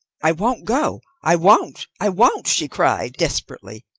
i won't go! i won't! i won't! she cried desperately,